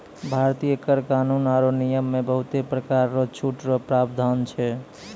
भारतीय कर कानून आरो नियम मे बहुते परकार रो छूट रो प्रावधान छै